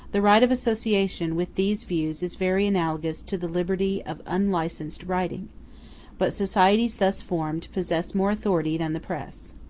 the right of association with these views is very analogous to the liberty of unlicensed writing but societies thus formed possess more authority than the press.